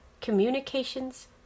communications